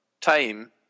time